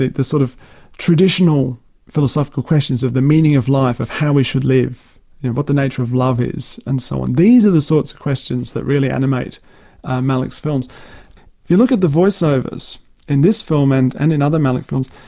the the sort of traditional philosophical questions of the meaning of life, of how we should live, of what the nature of love is, and so on. these are the sorts of questions that really animate malick's films. if you look at the voiceovers in this film and and in other malick films,